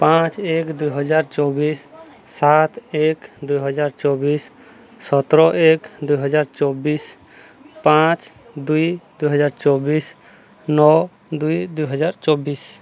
ପାଞ୍ଚ ଏକ ଦୁଇହଜାର ଚବିଶି ସାତ ଏକ ଦୁଇହଜାର ଚବିଶି ସତର ଏକ ଦୁଇହଜାର ଚବିଶି ପାଞ୍ଚ ଦୁଇ ଦୁଇହଜାର ଚବିଶି ନଅ ଦୁଇ ଦୁଇହଜାର ଚବିଶି